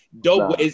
Dope